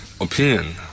opinion